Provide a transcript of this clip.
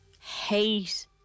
Hate